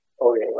Okay